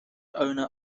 owner